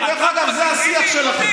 זה השיח שלכם.